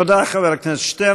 תודה, חבר הכנסת שטרן.